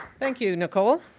thank you, nicole.